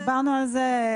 דיברנו על זה.